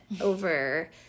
over